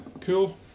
Cool